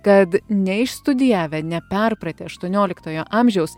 kad neišstudijavę neperpratę aštuonioliktojo amžiaus